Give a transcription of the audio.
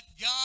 God